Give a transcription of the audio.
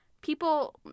people